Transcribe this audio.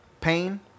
Pain